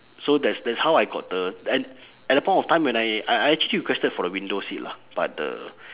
so that's that's how I got the and at that point of time when I I I actually requested for the window seat lah but the